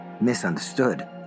misunderstood